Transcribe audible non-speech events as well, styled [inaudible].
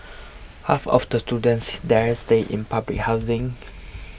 half of the students there stay in public housing [noise]